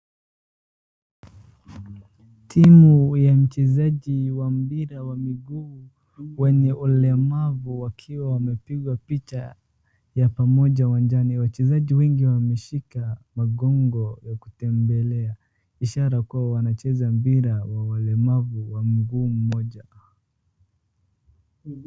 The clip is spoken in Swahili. Timu ya mchezaji wa mpira wa miguu wenye ulemavu wakiwa wamepiga picha ya pamoja uwanjani. Wachezaji wengi wameshika magongo ya kutembela ishara kuwa wanacheza mpira wa walemavu wa mguu mmoja.